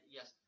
Yes